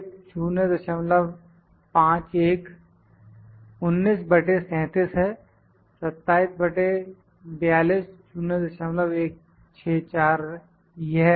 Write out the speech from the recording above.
इसलिए 051 19 बटे 37 है 27 बटे 42 0164 यह आएगा